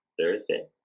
Thursday